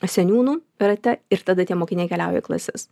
seniūnų rate ir tada tie mokiniai keliauja į klases